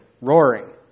roaring